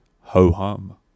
ho-hum